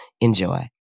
Enjoy